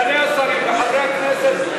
סגני השרים וחברי הכנסת,